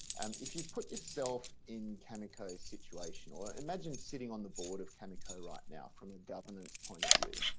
and if you put yourself in cameco's situation, or imagine sitting on the board of cameco right now from a governance point of view,